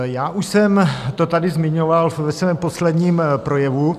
Já už jsem to tady zmiňoval ve svém posledním projevu.